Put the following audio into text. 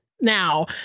now